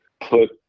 put